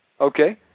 okay